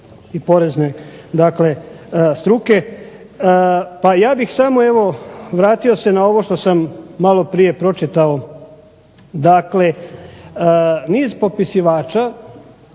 i porezne struke. Pa ja bih samo evo vratio se na ovo što sam maloprije pročitao. Dakle, niz popisivača